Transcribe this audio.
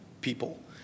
people